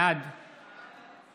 בעד